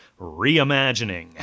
reimagining